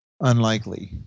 unlikely